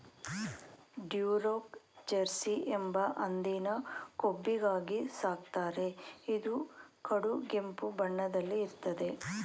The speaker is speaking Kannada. ಡ್ಯುರೋಕ್ ಜೆರ್ಸಿ ಎಂಬ ಹಂದಿನ ಕೊಬ್ಬಿಗಾಗಿ ಸಾಕ್ತಾರೆ ಇದು ಕಡುಗೆಂಪು ಬಣ್ಣದಲ್ಲಿ ಇರ್ತದೆ